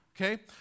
okay